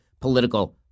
political